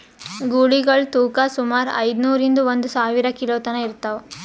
ಗೂಳಿಗಳ್ ತೂಕಾ ಸುಮಾರ್ ಐದ್ನೂರಿಂದಾ ಒಂದ್ ಸಾವಿರ ಕಿಲೋ ತನಾ ಇರ್ತದ್